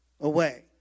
away